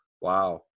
Wow